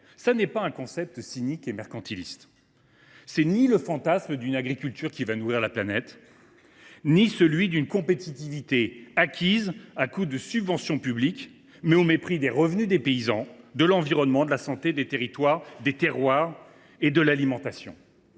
n’est pas un concept cynique et mercantiliste. Nous n’avons ni le fantasme d’une agriculture française qui nourrirait la planète ni celui d’une compétitivité acquise à coups de subventions publiques, au mépris des revenus des paysans, de l’environnement, de la santé, des territoires, des terroirs et de l’alimentation.